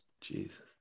Jesus